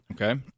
Okay